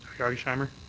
hargesheimer?